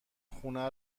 خونه